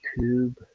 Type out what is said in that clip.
YouTube